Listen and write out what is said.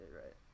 right